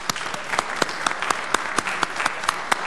(מחיאות כפיים)